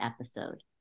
episode